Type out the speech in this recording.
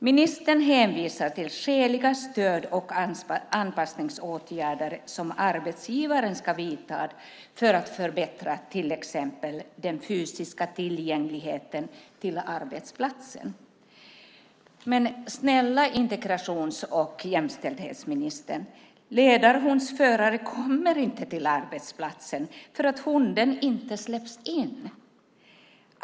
Ministern hänvisar till skäliga stöd och anpassningsåtgärder som arbetsgivaren ska vidta för att förbättra till exempel den fysiska tillgängligheten till arbetsplatsen. Men snälla integrations och jämställdhetsministern, ledarhundsförare kommer inte till arbetsplatsen eftersom hunden inte släpps in.